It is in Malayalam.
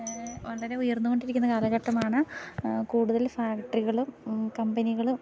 വളരെ ഉയർന്ന് കൊണ്ടിരിക്കുന്ന കാലഘട്ടമാണ് കൂടുതൽ ഫാക്ടറികളും കമ്പനികളും